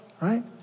right